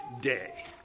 day